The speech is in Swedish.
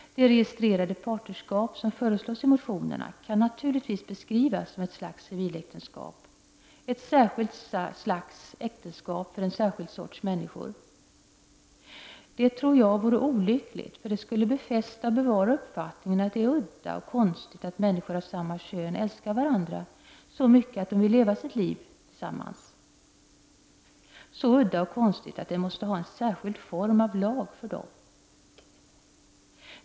Det registrerade partnerskap som föreslås i motionerna kan naturligtvis beskrivas som ett slags civiläktenskap; ett särskilt slags äktenskap för en särskild sorts människor. Det tror jag vore olyckligt, eftersom det skulle befästa och bevara uppfattningen att det är udda och konstigt att människor av samma kön älskar varandra så mycket att de vill leva sitt liv tillsammans, så udda och konstigt att det måste finnas en särskild form av lag för dem.